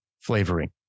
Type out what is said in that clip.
flavoring